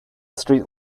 street